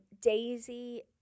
Daisy